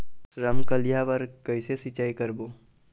रमकलिया बर कइसे सिचाई करबो?